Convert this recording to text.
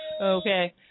Okay